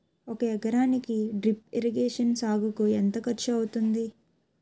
ఒక ఎకరానికి drip irrigation సాగుకు ఎంత ఖర్చు అవుతుంది?